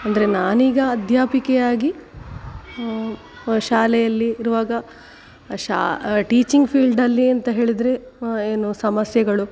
ಅಂದರೆ ನಾನೀಗ ಅಧ್ಯಾಪಿಕೆಯಾಗಿ ಶಾಲೆಯಲ್ಲಿ ಇರುವಾಗ ಶಾ ಟೀಚಿಂಗ್ ಫೀಲ್ಡಲ್ಲಿ ಅಂತ ಹೇಳಿದರೆ ಏನು ಸಮಸ್ಯೆಗಳು